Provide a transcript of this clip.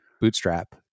Bootstrap